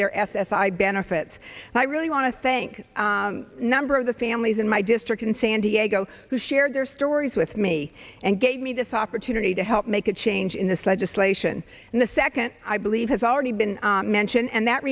their s s i benefits and i really want to thank number of the families in my district in san diego who shared their stories with me and gave me this opportunity to help make a change in this legislation and the second i believe has already been mentioned and that